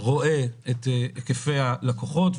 רואה את היקפי הלקוחות,